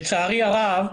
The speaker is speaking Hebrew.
לצערי הרב,